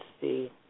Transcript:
see